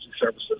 services